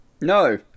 No